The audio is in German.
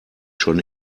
schon